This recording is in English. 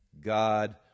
God